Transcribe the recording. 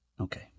Okay